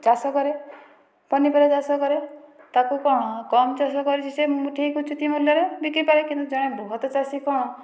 ଚାଷ କରେ ପନିପରିବା ଚାଷ କରେ ତାକୁ କଣ କମ ଚାଷ କରିଛି ସେ ଠିକ ଉଚିତ ମୂଲ୍ୟରେ ବିକିପାରେ କିନ୍ତୁ ଜଣେ ବୃହତ ଚାଷୀ କଣ